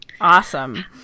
Awesome